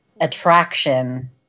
attraction